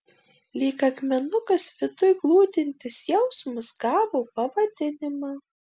lyg akmenukas viduj glūdintis jausmas gavo pavadinimą